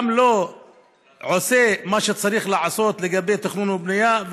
גם לא עושה את מה שהיא צריכה לעשות לגבי תכנון ובנייה,